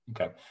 Okay